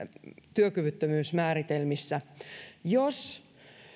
työkyvyttömyysmääritelmissä jos